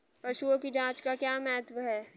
पशुओं की जांच का क्या महत्व है?